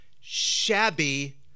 shabby